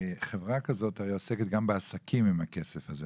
חברה כזאת הרי עוסקת גם בעסקים עם הכסף הזה.